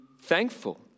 thankful